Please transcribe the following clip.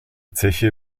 zeche